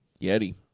Yeti